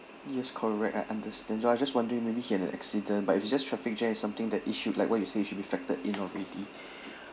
yes correct I understand ya I'm just wondering maybe he had an accident but if it's just traffic jam is something that it should like what you say he should be factored in already